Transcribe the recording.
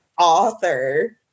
author